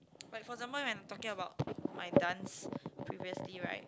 like for example when talking about my dance previously right